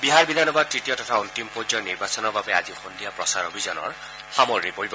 বিহাৰ বিধানসভাৰ তৃতীয় তথা অন্তিম পৰ্যায়ৰ নিৰ্বাচনৰ বাবে আজি সন্ধিয়া প্ৰচাৰ অভিযানৰ সামৰণি পৰিব